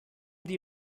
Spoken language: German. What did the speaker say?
die